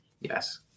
Yes